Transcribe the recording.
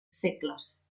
segles